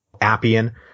Appian